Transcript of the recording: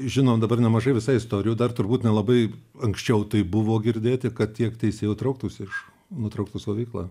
žinom dabar nemažai visa istorijų dar turbūt nelabai anksčiau tai buvo girdėti kad tiek teisėjų trauktųsi iš nutrauktų savo veiklą